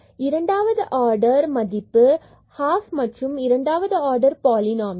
இரண்டாவது ஆர்டர் மதிப்பு ½ மற்றும் இரண்டாவது ஆர்டர் பாலினாமியல்